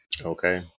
okay